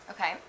Okay